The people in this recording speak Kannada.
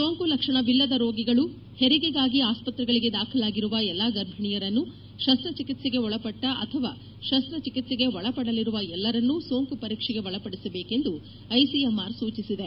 ಸೋಂಕು ಲಕ್ಷಣವಿಲ್ಲದ ರೋಗಿಗಳು ಹೆರಿಗೆಗಾಗಿ ಆಸ್ಪತ್ರೆಗಳಿಗೆ ದಾಖಲಾಗಿರುವ ಎಲ್ಲ ಗರ್ಭಿಣಿಯರನ್ನು ಶಸ್ತ್ರ ಚಿಕಿತ್ಸೆಗೆ ಒಳಪಟ್ಲ ಅಥವಾ ಒಳಪಡಲಿರುವ ಎಲ್ಲರನ್ನೂ ಸೋಂಕು ಪರೀಕ್ಷೆಗೆ ಒಳಪಡಿಸಬೇಕು ಎಂದು ಐಸಿಎಂಆರ್ ಸೂಚಿಸಿದೆ